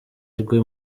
rwe